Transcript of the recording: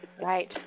Right